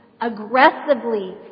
aggressively